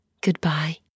goodbye